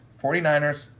49ers